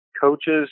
coaches